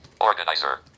organizer